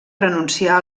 renunciar